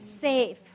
safe